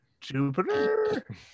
Jupiter